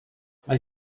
mae